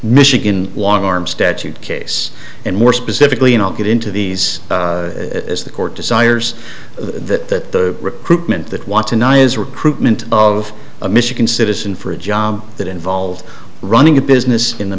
michigan long arm statute case and more specifically and i'll get into these as the court desires that the recruitment that want to ny is recruitment of a michigan citizen for a job that involved running a business in the